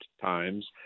times